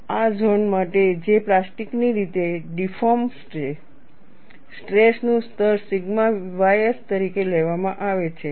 અને આ ઝોન માટે જે પ્લાસ્ટિકની રીતે ડિફૉર્મ છે સ્ટ્રેસનું સ્તર સિગ્મા ys તરીકે લેવામાં આવે છે